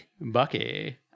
Bucky